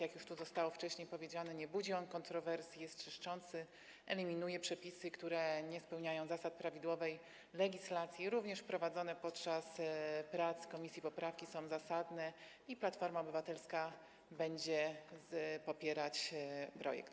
Jak już tu zostało wcześniej powiedziane, nie budzi on kontrowersji, jest czyszczący, eliminuje przepisy, które nie spełniają zasad prawidłowej legislacji, również wprowadzone podczas prac komisji poprawki są zasadne i Platforma Obywatelska będzie popierać projekt.